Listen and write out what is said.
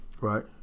Right